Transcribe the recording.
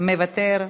מוותר,